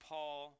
Paul